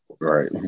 Right